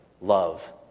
love